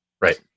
right